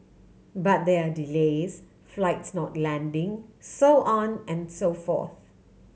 but there are delays flights not landing so on and so forth